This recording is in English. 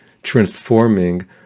transforming